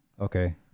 Okay